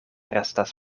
restas